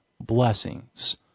blessings